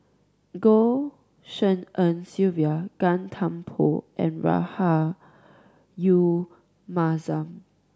Goh Tshin En Sylvia Gan Thiam Poh and Rahayu Mahzam